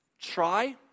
Try